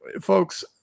Folks